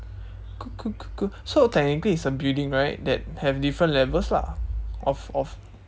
cool cool cool cool so technically it's a building right that have different levels lah of of